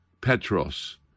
Petros